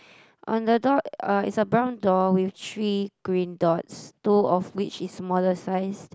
on the door uh it's a brown door with three green dots two of which is smaller size